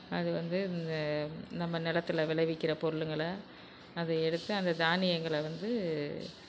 அது வந்து இந்த நம்ம நிலத்துல விளைவிக்கிற பொருளுங்களை அதை எடுத்து அந்த தானியங்களை வந்து